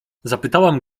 zapytałam